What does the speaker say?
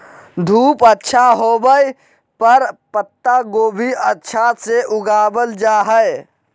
धूप अच्छा होवय पर पत्ता गोभी अच्छा से उगावल जा हय